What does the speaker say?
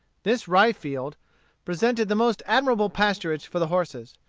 this rye-field presented the most admirable pasturage for the horses.